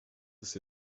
ist